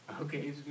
Okay